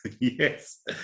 yes